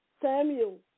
Samuel